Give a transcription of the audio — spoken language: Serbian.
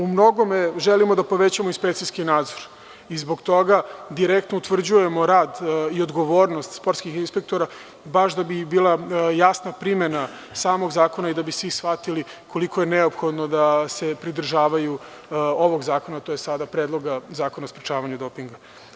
U mnogome želimo da povećamo inspekcijski nadzor i zbog toga direktno utvrđujemo rad i odgovornost sportskih inspektora, baš da bi bila jasna primena samog zakona i da bi svi shvatili koliko je neophodno da se pridržavaju ovog zakona, tj. sada Predloga zakona o sprečavanju dopinga.